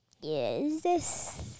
Yes